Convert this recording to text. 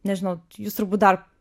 nežinau č jūs turbūt dar